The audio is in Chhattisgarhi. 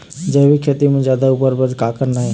जैविक खेती म जादा उपज बर का करना ये?